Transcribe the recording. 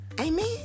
Amen